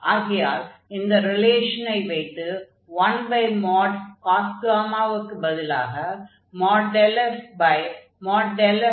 ஆகையால் இந்த ரிலேஷனை வைத்து 1cos க்கு பதிலாக |∇f|∇f